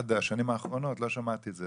עד השנים האחרונות לא שמעתי את זה,